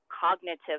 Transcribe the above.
cognitive